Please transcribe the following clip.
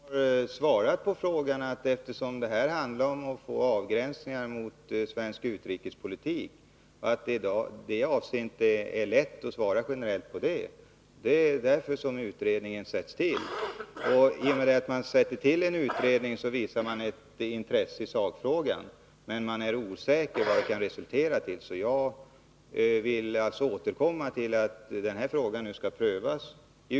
Herr talman! Jag tycker att jag redan har svarat på den frågan. Det handlar här om avgränsningar gentemot svensk utrikespolitik. Eftersom det inte är lätt att ta ställning till den här frågan sätts utredningen till. I och med att man påbörjar en utredning visar man intresse i sakfrågan, men man är osäker på vad resultatet bör bli.